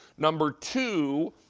number two,